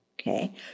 Okay